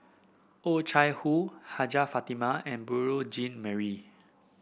Oh Chai Hoo Hajjah Fatimah and Beurel Jean Marie